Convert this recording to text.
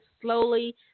slowly